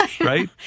Right